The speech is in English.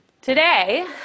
Today